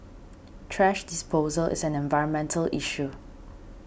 thrash disposal is an environmental issue